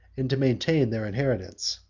and to maintain their inheritance.